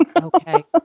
Okay